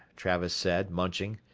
travis said, munching,